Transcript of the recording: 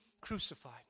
crucified